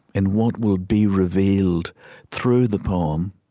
in what will be revealed through the poem,